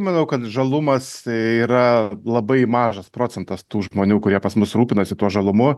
manau kad žalumas yra labai mažas procentas tų žmonių kurie pas mus rūpinasi tuo žalumu